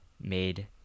made